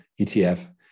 ETF